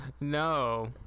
No